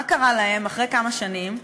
מה קרה להם אחרי כמה שנים?